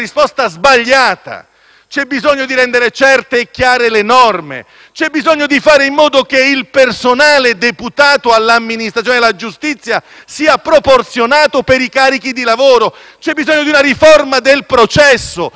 C'è bisogno di rendere certe e chiare le norme. C'è bisogno di fare in modo che il personale deputato all'amministratore della giustizia sia proporzionato per i carichi di lavoro. C'è bisogno di una riforma del processo prima di fare stalattiti